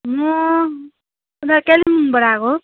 म उता कालेबुङबाट आएको